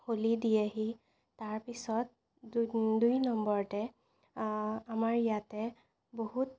হোলি দিয়েহি তাৰ পিছত দু দুই নম্বৰতে আমাৰ ইয়াতে বহুত